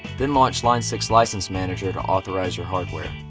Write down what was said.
then, launch line six license manager to authorize your hardware.